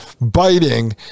biting